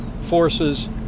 forces